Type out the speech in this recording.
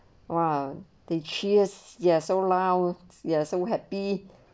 !wah! they cheers ya so lower ya so we're happy